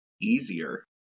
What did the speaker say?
easier